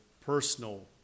personal